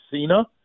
Cena